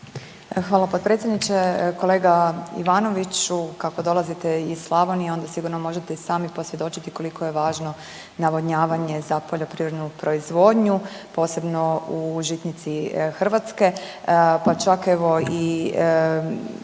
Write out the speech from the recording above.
Hvala potpredsjedniče. Kolega Ivanoviću, kako dolazite iz Slavonije, onda sigurno možete i sami posvjedočili koliko je važno navodnjavanje za poljoprivrednu proizvodnju, posebno u žitnici Hrvatske, pa čak evo i